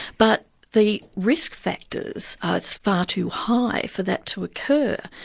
but the risk factors are far too high for that to occur.